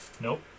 Nope